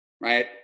right